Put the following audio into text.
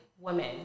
women